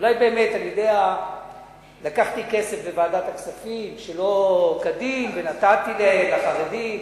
אולי באמת לקחתי כסף בוועדת הכספים שלא כדין ונתתי לחרדים?